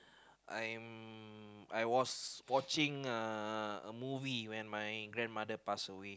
I'm I was watching uh a movie when my grandmother passed away